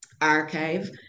archive